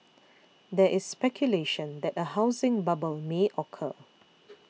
there is speculation that a housing bubble may occur